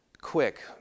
quick